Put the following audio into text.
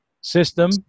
system-